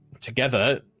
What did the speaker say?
together